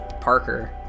Parker